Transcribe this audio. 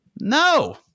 No